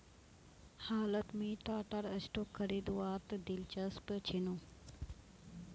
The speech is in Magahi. हालत मुई टाटार स्टॉक खरीदवात दिलचस्प छिनु